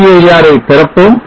cir ஐ திறப்போம்